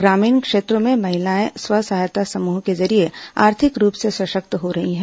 ग्रामीण क्षेत्रों में महिलायें स्वसहायता समूह के जरियें आर्थिक रूप से सशक्त हो रही है